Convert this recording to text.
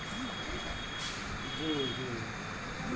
समुदायिक बैंक सेवा उ क्षेत्रो मे ज्यादे सुविधा दै छै जैठां बैंक सेबा नै छै